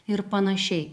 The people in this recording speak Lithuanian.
ir panašiai